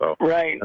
Right